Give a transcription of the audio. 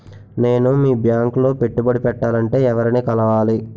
నేను మీ బ్యాంక్ లో పెట్టుబడి పెట్టాలంటే ఎవరిని కలవాలి?